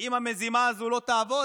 אם המזימה הזו לא תעבוד,